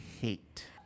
hate